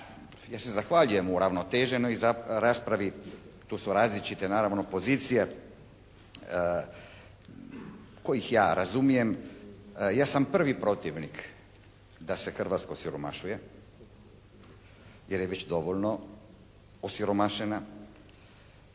Ja se zahvaljujem uravnoteženoj raspravi, tu su različite naravno pozicije kojih ja razumijem. Ja sam prvi protivnik da se Hrvatsku osiromašuje jer je već dovoljno osiromašena.